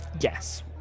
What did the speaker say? yes